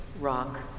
rock